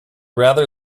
rather